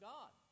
God